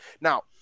Now